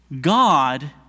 God